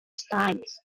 times